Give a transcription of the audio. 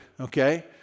okay